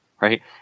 right